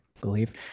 believe